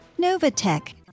Novatech